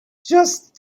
just